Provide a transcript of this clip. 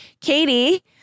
Katie